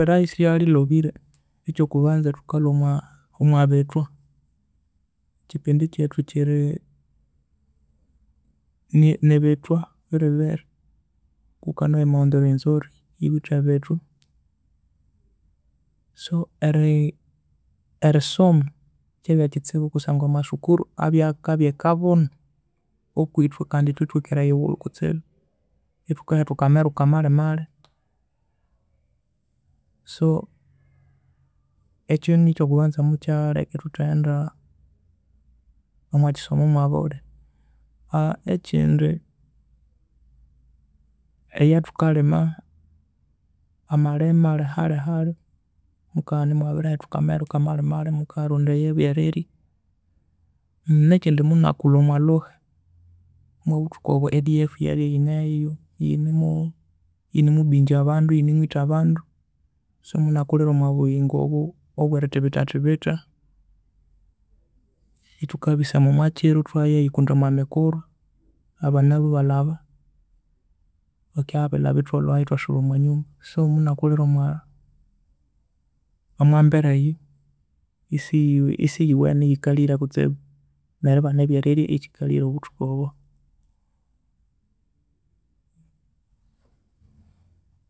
Erisomerayo ryabya esiryolhobire ekyokubanza thukalhwa omwabithwa ekipindi kyethu kiri ni- nibithwa biribiri ngoko ghukanowa emoumt rwenzori ghiwithe ebithwa so eri- erisoma kyabya kistibu kusangwa amasukuru abya akabya ekabunu okwithwe kandi ithwe ithwikere eyighulhu kutsibu ithukahethuka ameruka malhi malhi so ekyo nikyokubanza mukyalheka ethuthaghenda omwa kisomo mwabulhi ekindi eyathukalhima amalhima alhi halhi halhi mukabana emwabirihethuka ameruka malhi malhi mukayarondaya ebyerirya nekindi muna kulha omwa lhuhi omwabuthuku obwa e ADF yabya eghineho eyinimu eyinimubingya abandu eyinimwitha abandu so munakulhira omwa buyingo obo aobwerithibithathibitha ethukabisama omwa kiro ethwayabisama omwa mikuru abanalhu ebalhaba, bakibya babirilhaba ethwalhwaghu ethwasuba omwa nyumba so munakulhira omwa omwa mibere eyu esi- esiyuwene eghikalhire kutsibu neribana ebyerirya erikalhire obuthuku obo.